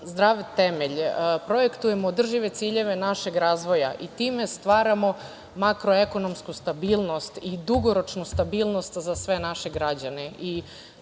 zdrav temelj, projektujemo održive ciljeve našeg razvoja i time stvaramo makroekonomsku stabilnost i dugoročnu stabilnost za sve naše građane.